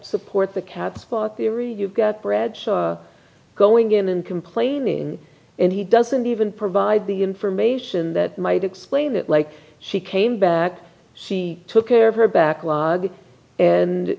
support the catspaw theory you've got bradshaw going in and complaining and he doesn't even provide the information that might explain it like she came back she took care of her backlog and